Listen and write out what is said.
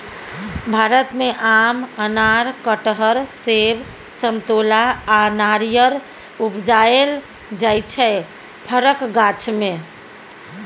भारत मे आम, अनार, कटहर, सेब, समतोला आ नारियर उपजाएल जाइ छै फरक गाछ मे